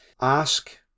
ask